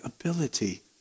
ability